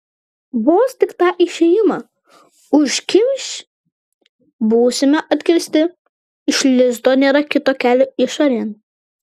vos tik tą išėjimą užkimš būsime atkirsti iš lizdo nėra kito kelio išorėn